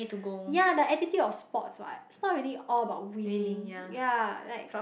ya the attitude of sports what it's not really all about winning ya like